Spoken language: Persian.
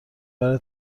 برای